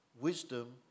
wisdom